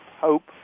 hope